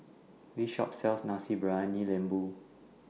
This Shop sells Nasi Briyani Lembu